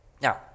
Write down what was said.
Now